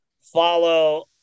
follow